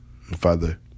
Father